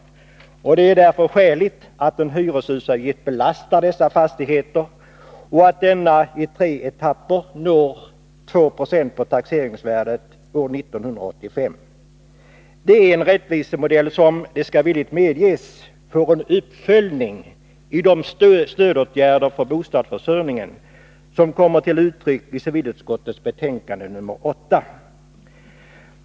Det är därför skäligt att en hyreshusavgift belastar dessa fastigheter och att denna i tre etapper når 2 70 av taxeringsvärdet år 1985. Det är en rättvisemodell som, det skall villigt medges, får en uppföljning i de stödåtgärder för bostadsförsörjningen som kommer till uttryck i civilutskottets betänkande nr 8.